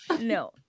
No